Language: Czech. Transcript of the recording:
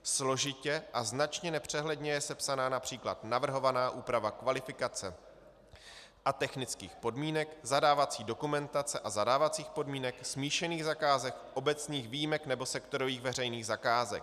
Složitě a značně nepřehledně je sepsaná např. navrhovaná úprava kvalifikace a technických podmínek zadávací dokumentace a zadávacích podmínek smíšených zakázek, obecných výjimek nebo sektorových veřejných zakázek.